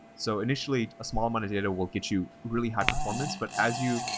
so initially, a small amount of data will get you really high performance. but as you,